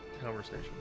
conversation